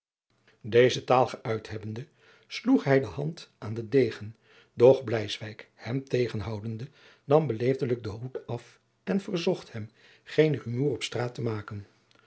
deze taal gëuit hebbende sloeg hij de hand aan den degen doch bleiswyk hem tegenhoudende nam beleefdelijk den hoed af en verzocht hem geen rumoer op straat te maken